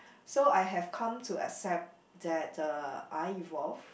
so I have come to accept that uh I evolve